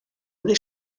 this